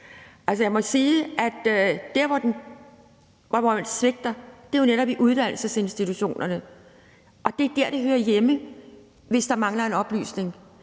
der, hvor man svigter, jo netop er på uddannelsesinstitutionerne, og det er der, hvor det hører hjemme, hvis der mangler oplysning.